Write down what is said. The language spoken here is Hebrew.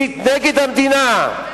מסית נגד המדינה,